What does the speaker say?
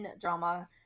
drama